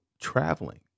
traveling